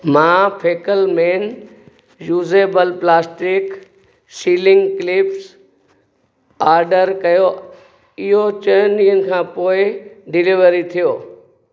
मां फैकेलमेन usable plastic sealing clips order कयो इहो चइनि ॾींहनि खां पोएं डिलीवरी थियो